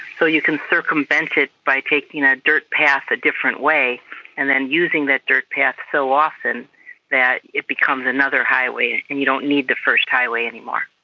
so you can circumvent it by taking a dirt path a different way and then using that dirt path so often that it becomes another highway, and you don't need the first highway anymore.